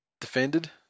defended